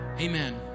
Amen